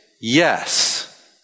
yes